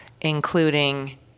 including